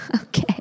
okay